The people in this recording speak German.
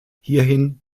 hierhin